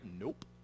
Nope